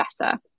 better